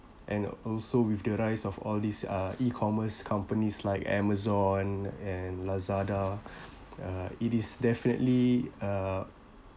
and also with the rise of all these uh E commerce companies like amazon and lazada uh it is definitely uh